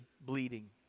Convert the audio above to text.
bleeding